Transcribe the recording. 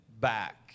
back